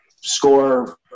score